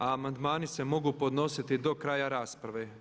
Amandmani se mogu podnositi do kraja rasprave.